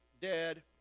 dead